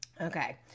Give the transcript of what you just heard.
Okay